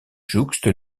jouxte